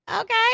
Okay